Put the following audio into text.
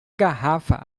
garrafa